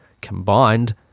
Combined